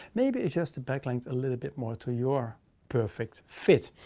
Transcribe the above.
maybe it's just the back length a little bit more to your perfect fit.